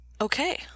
Okay